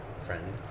friend